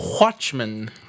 Watchmen